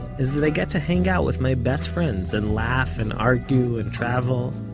is that i get to hang out with my best friends, and laugh, and argue, and travel.